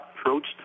approached